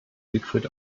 siegfried